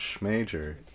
major